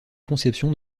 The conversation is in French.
conception